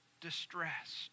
distressed